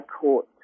Court